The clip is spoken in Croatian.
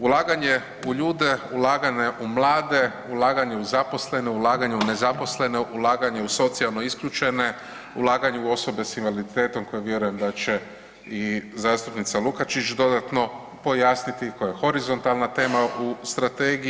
Ulaganje u ljude, ulaganje u mlade, ulaganje u zaposlene, ulaganje u nezaposlene, ulaganje u socijalno isključene, ulaganje u osobe s invaliditetom koje vjerujem da će i zastupnica Lukačić dodatno pojasniti, koja je horizontalna tema u strategiji.